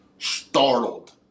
startled